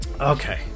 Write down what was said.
Okay